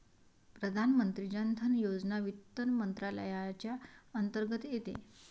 प्रधानमंत्री जन धन योजना वित्त मंत्रालयाच्या अंतर्गत येते